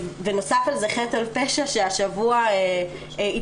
ונוסף על זה חטא על פשע שהשבוע עדכנו